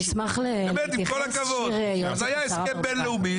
באמת, עם כל הכבוד, היה הסכם בין לאומי